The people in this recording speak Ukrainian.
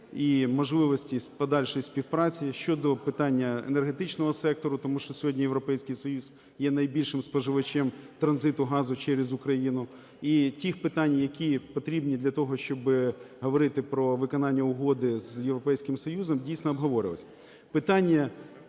і можливості подальшої співпраці щодо питання енергетичного сектору, тому що сьогодні Європейський Союз є найбільшим споживачем транзиту газу через Україну, і тих питань, які потрібні для того, щоби говорити про виконання Угоди з Європейським Союзом, дійсно обговорювалось.